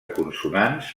consonants